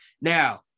Now